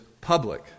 public